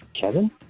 Kevin